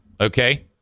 Okay